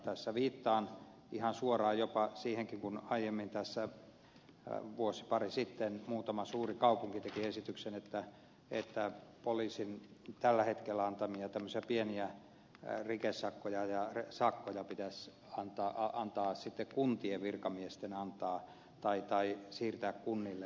tässä viittaan ihan suoraan jopa siihenkin kun aiemmin tässä vuosi pari sitten muutama suuri kaupunki teki esityksen että poliisin tällä hetkellä antamia pieniä rikesakkoja ja sakkoja pitäisi antaa kuntien virkamiesten antaa tai siirtää kunnille